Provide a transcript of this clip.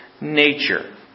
nature